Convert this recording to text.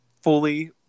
Fully